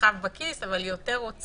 שיכאב בכיס, אבל יותר רוצים